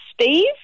Steve